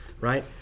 Right